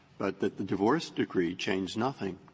but the the divorce decree changed nothing.